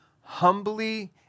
humbly